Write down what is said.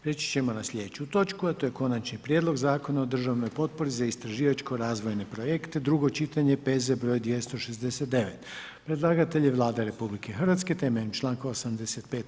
Prijeći ćemo na sljedeću točku a to je: - Konačni prijedlog Zakona o državnoj potpori za istraživačko razvojne projekte, drugo čitanje, P.Z. br. 269; Predlagatelj je Vlada RH temeljem članka 85.